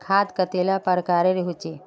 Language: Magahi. खाद कतेला प्रकारेर होचे?